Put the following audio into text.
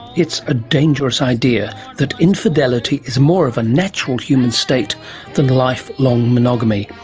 it's a dangerous idea, that infidelity is more of a natural human state than lifelong monogamy.